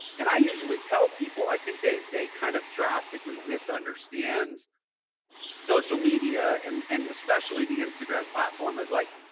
and i usually tell people, i think they they kind of drastically misunderstand social media um and especially the instagram platform is like,